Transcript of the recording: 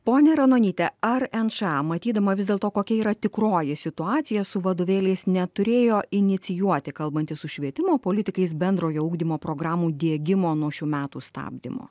ponia ranonyte ar nša matydama vis dėlto kokia yra tikroji situacija su vadovėliais neturėjo inicijuoti kalbantis su švietimo politikais bendrojo ugdymo programų diegimo nuo šių metų stabdymo